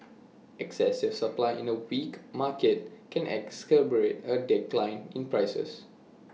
excessive supply in A weak market can exacerbate A decline in prices